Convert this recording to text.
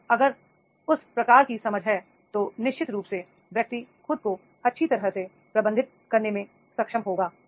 तो अगर उस प्रकार की समझ है तो निश्चित रूप से व्यक्ति खुद को अच्छी तरह से प्रबंधित करने में सक्षम होगा